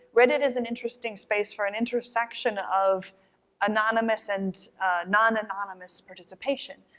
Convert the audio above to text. reddit is an interesting space for an intersection of anonymous and non-anonymous participation,